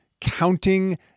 counting